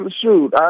shoot